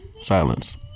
silence